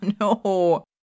No